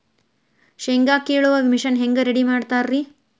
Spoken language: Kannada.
ಶೇಂಗಾ ಕೇಳುವ ಮಿಷನ್ ಹೆಂಗ್ ರೆಡಿ ಮಾಡತಾರ ರಿ?